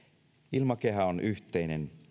ilmakehä on yhteinen